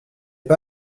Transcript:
pas